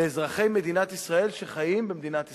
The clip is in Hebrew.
לאזרחי מדינת ישראל שחיים במדינת ישראל.